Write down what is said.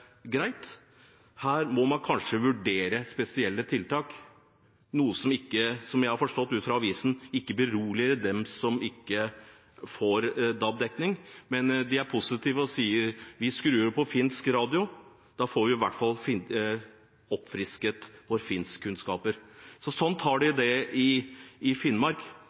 greit: Her må man kanskje vurdere spesielle tiltak. Etter det jeg har forstått ut fra avisen, beroliger ikke det dem som ikke får DAB-dekning. Men de er positive og sier: Vi skrur over på finsk radio, da får vi i hvert fall oppfrisket våre finskkunnskaper. Sånn har de det i Finnmark. Mange av oss som bor i